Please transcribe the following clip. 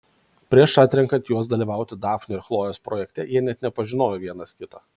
prieš atrenkant juos dalyvauti dafnio ir chlojės projekte jie net nepažinojo vienas kito